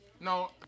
No